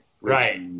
Right